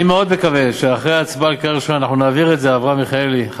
אני מאוד מקווה שאחרי ההצבעה בקריאה ראשונה אנחנו נעביר את זה,